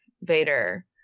Vader